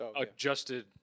adjusted